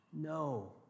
No